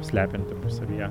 slepianti savyje